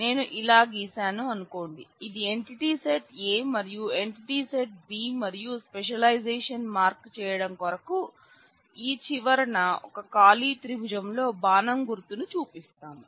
నేను ఇలా గీశాను అనుకోండి ఇది ఎంటిటీ సెట్ A మరియు ఈ ఎంటిటీ సెట్ B మరియు స్పెషలైజేషన్ మార్క్ చేయడం కొరకు ఆ చివరన ఒక ఖాళీ త్రిభుజంతో బాణం గుర్తును చూపిస్తాం